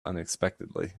unexpectedly